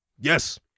Yes